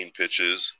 pitches